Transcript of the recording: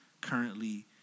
currently